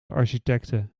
architecte